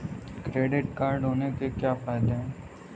Credit card होने के क्या फायदे हैं?